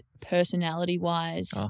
personality-wise